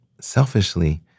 selfishly